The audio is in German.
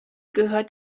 gehört